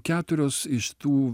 keturios iš tų